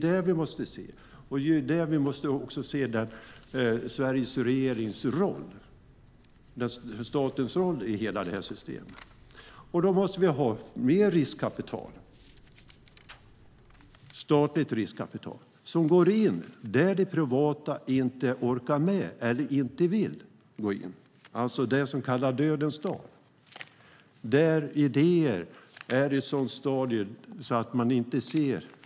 Där måste vi också se Sveriges regerings och statens roll i hela systemet. Vi måste ha mer statligt riskkapital som går in där det privata inte orkar med eller inte vill gå in. Det är vad man kallar dödens dal. Det är där idéer är i ett sådant stadium att det står och väger.